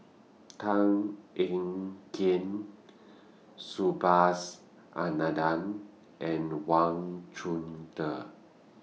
Tan Ean Kiam Subhas Anandan and Wang Chunde